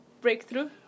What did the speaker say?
breakthrough